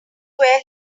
wear